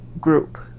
group